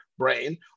brain